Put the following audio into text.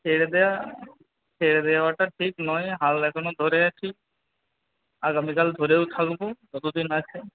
ছেড়ে দেওয়া ছেড়ে দেওয়াটা ঠিক নয় হাল এখনো ধরে আছি আগামীকাল ধরেও থাকবো যতদিন আছে